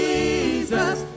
Jesus